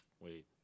Wait